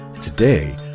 Today